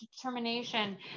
determination